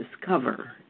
discover